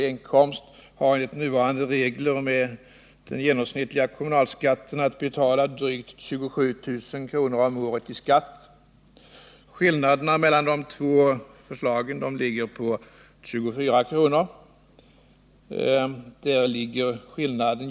i inkomst har enligt nuvarande regler med genomsnittlig kommunalskatt att betala drygt 27 000 kr. i skatt. Skillnaden mellan de två förslagen ligger på 24 kr.